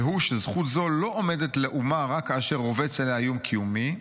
והוא שזכות זו לא עומדת לאומה רק כאשר רובץ עליה איום קיומי,